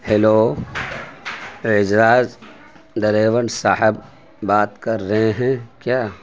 hello Aizaz driver صاحب بات کر رہے ہیں کیا